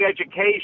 education